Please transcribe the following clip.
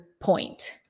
point